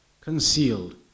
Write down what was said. concealed